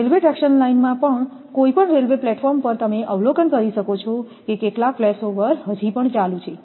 railway traction લાઇનમાં પણ કોઈપણ રેલ્વે પ્લેટફોર્મ પર તમે અવલોકન કરી શકો છો કે કેટલાક ફ્લેશઓવર ચાલુ છે